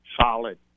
solid